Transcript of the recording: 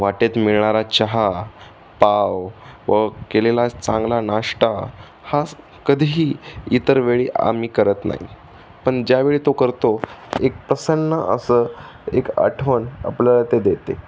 वाटेत मिळणारा चहा पाव व केलेला चांगला नाश्ता हाच कधीही इतर वेळी आम्ही करत नाही पण ज्यावेळी तो करतो एक प्रसन्न असं एक आठवण आपल्याला ते देते